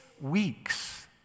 weeks